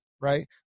right